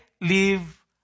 leave